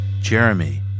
Jeremy